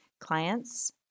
clients